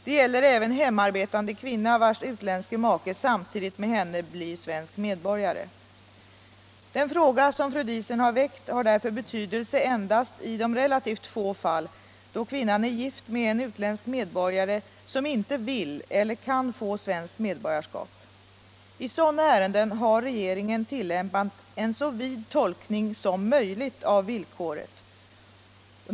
Detta gäller även hemarbetande kvinna, vars utländske make samtidigt med henne blir svensk medborgare. Den fråga som fru Diesen har väckt har därför betydelse endast i de relativt få fall, då kvinnan är gift med en utländsk medborgare, som inte vill eller kan få svenskt medborgarskap. I sådana ärenden har regeringen tillämpat en så vid tolkning som möjligt av villkoret.